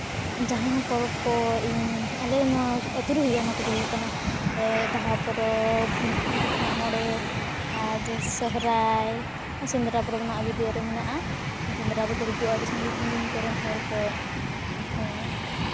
ᱡᱟᱦᱟᱸ ᱯᱚᱨᱚᱵᱽ ᱠᱚ ᱤᱧ ᱟᱞᱮ ᱱᱚᱣᱟ ᱟᱛᱳ ᱨᱮ ᱦᱩᱭᱩᱜᱼᱟ ᱚᱱᱟ ᱠᱚᱫᱚ ᱦᱩᱭᱩᱜ ᱠᱟᱱᱟ ᱵᱟᱦᱟ ᱯᱚᱨᱚᱵᱽ ᱢᱟᱜ ᱢᱚᱬᱮ ᱟᱨ ᱥᱚᱦᱨᱟᱭ ᱥᱮᱸᱫᱽᱨᱟ ᱯᱚᱨᱚᱵᱽ ᱢᱟ ᱟᱡᱳᱫᱤᱭᱟᱹ ᱨᱮ ᱢᱮᱱᱟᱜᱼᱟ ᱥᱮᱸᱫᱽᱨᱟ ᱨᱮᱠᱚ ᱦᱤᱡᱩᱜᱼᱟ ᱟᱹᱰᱤ ᱥᱟᱺᱜᱤᱧ ᱥᱟᱺᱜᱤᱧ ᱠᱚᱨᱮᱱ ᱦᱚᱲ ᱠᱚ ᱦᱮᱸ